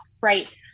right